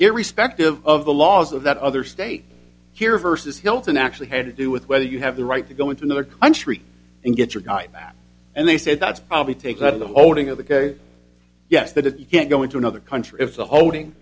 it respective of the laws of that other stay here versus hilton actually had to do with whether you have the right to go into another country and get your guy back and they said that's probably taken out of the holding of the case yes that if you can't go into another country if the holding